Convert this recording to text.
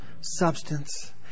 substance